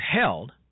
held